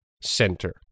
center